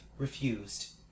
refused